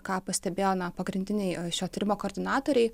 ką pastebėjome pagrindiniai šio tyrimo koordinatoriai